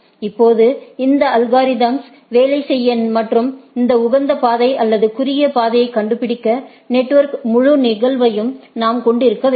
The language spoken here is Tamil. இப்போது இந்த அல்கோரிதம்ஸ் வேலை செய்ய மற்றும் அந்த உகந்த பாதை அல்லது குறுகிய பாதையை கண்டுபிடிக்க நெட்வொர்க் முழு நிகழ்வையும் நாம் கொண்டிருக்க வேண்டும்